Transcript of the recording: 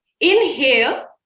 inhale